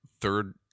third